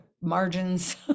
margins